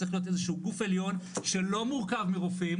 צריך להיות איזשהו גוף עליון שלא מורכב מרופאים